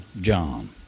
John